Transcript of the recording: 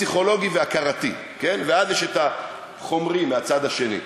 פסיכולוגי והכרתי, ואז יש החומרי מהצד השני.